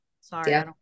Sorry